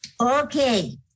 okay